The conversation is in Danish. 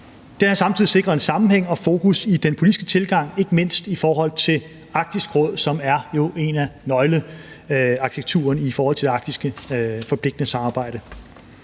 Den har samtidig sikret en sammenhæng og fokus på den politiske tilgang, ikke mindst i forhold til Arktisk Råd, som jo er en del af en nøglearkitekturen i forhold til det forpligtende arktiske samarbejde.